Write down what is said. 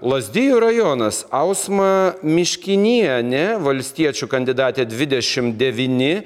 lazdijų rajonas ausma miškinienė valstiečių kandidatė dvidešimt devyni